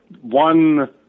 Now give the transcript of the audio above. one